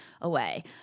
away